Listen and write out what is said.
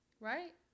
Right